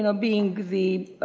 and being the